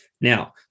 Now